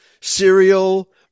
cereal